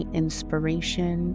inspiration